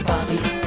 Paris